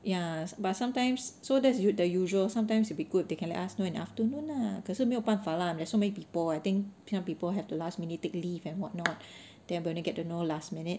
ya but sometimes so this is the usual sometimes it'll will be good if they can let us know in afternoon ah 可是没有办法 lah there's so many people I think some people have to last minute take leave and what not that only get to know last minute